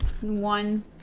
one